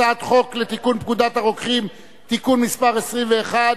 הצעת חוק לתיקון פקודת הרוקחים (מס' 21),